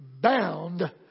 bound